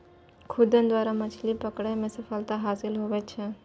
खुद्दन द्वारा मछली पकड़ै मे सफलता हासिल हुवै छै